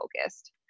focused